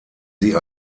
sie